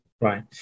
Right